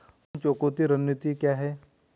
ऋण चुकौती रणनीति क्या है?